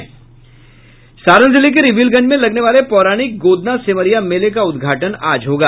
सारण जिले के रिविलगंज में लगने वाले पौराणिक गोदना सेमरिया मेले का उद्घाटन आज होगा